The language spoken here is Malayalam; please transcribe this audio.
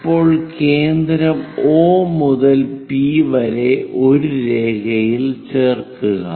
ഇപ്പോൾ കേന്ദ്രം O മുതൽ P വരെ ഒരു രേഖയിൽ ചേർക്കുക